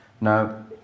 Now